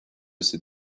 ces